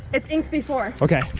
it's inked before. okay,